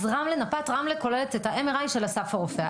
אז נפת רמלה כוללת את ה-MRI של אסף הרופא.